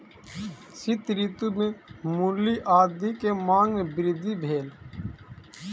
शीत ऋतू में मूली आदी के मांग में वृद्धि भेल